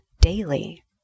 daily